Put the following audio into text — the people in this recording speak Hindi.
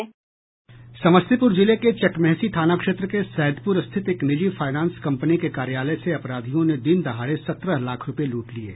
समस्तीपुर जिले के चकमेहसी थाना क्षेत्र के सैदपुर स्थित एक निजी फाईनेंस कंपनी के कार्यालय से अपराधियों ने दिन दहाड़े सत्रह लाख रूपये लूट लिये